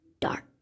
dark